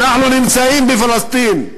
אנחנו נמצאים בפלסטין,